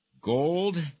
gold